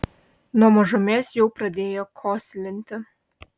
nuo mažumės jau pradėjo kosilinti